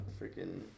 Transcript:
freaking